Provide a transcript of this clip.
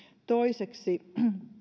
toiseksi